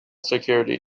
security